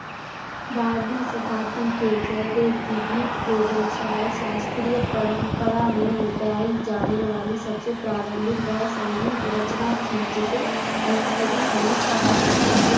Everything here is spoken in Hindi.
बारहवीं शताब्दी की जयदेव की गीत गोविंद शायद शास्त्रीय परंपरा में गाई जाने वाली सबसे प्रारंभिक वह संगीत रचना थी जिसे अष्टपदी संगीत कहा जाता है